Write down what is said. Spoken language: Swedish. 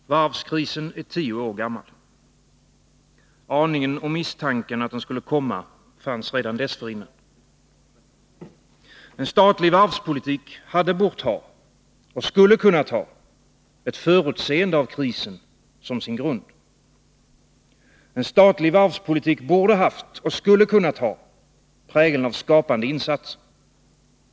Fru talman! Varvskrisen är tio år gammal. Aningen och misstanken att den skulle komma fanns redan dessförinnan. Enstatlig varvspolitik hade bort ha och skulle kunnat ha ett förutseende av krisen som sin grund. En statlig varvspolitik borde haft och skulle kunnat ha prägeln av skapande insatser.